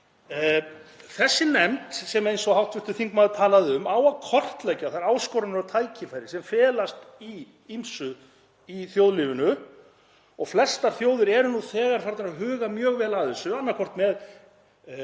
Þessi nefnd á, eins og hv. þingmaður talaði um, að kortleggja þær áskoranir og tækifæri sem felast í ýmsu í þjóðlífinu. Flestar þjóðir eru nú þegar farnar að huga mjög vel að þessu, annaðhvort með